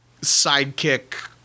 sidekick